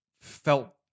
felt